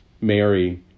Mary